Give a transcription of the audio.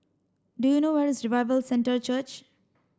do you know where is Revival Centre Church